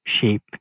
sheep